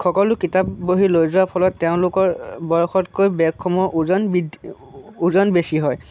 সকলো কিতাপ বহী লৈ যোৱাৰ ফলত তেওঁলোকৰ বয়সতকৈ বেগসমূহৰ ওজন বৃদ্ধি ওজন বেছি হয়